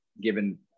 given